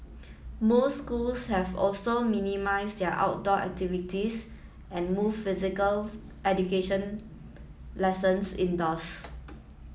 most schools have also minimised their outdoor activities and moved physical education lessons indoors